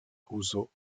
uzo